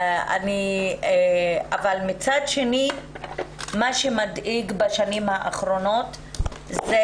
אבל מצד שני מה שמדאיג בשנים האחרונות זה